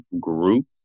group